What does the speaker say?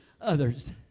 others